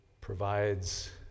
provides